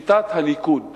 שיטת הניקוד